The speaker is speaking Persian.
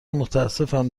متاسفم